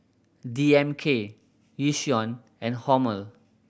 D M K Yishion and Hormel